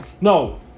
No